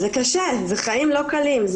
זה קשה, זה חיים לא קלים.